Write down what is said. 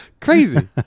Crazy